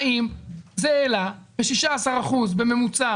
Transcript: ואני שואל האם זה העלה ב-16 אחוזים בממוצע